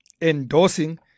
endorsing